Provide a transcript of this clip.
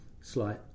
slight